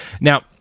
Now